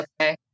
okay